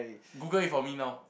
Google it for me now